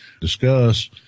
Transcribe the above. discuss